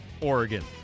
Oregon